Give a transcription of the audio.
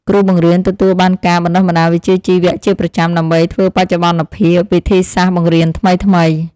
គ្រូបង្រៀនទទួលបានការបណ្តុះបណ្តាលវិជ្ជាជីវៈជាប្រចាំដើម្បីធ្វើបច្ចុប្បន្នភាពវិធីសាស្ត្របង្រៀនថ្មីៗ។